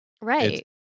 Right